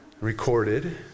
recorded